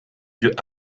yeux